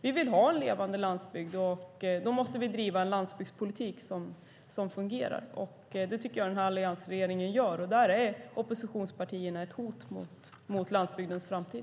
Vi vill ha en levande landsbygd, och då måste vi driva en landsbygdspolitik som fungerar. Det tycker jag att alliansregeringen gör, och oppositionspartierna är ett hot mot landsbygdens framtid.